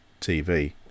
tv